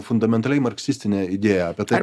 fundamentaliai marksistinė idėja apie tai